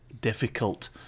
difficult